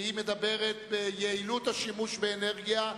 והיא מדברת על יעילות השימוש באנרגיה.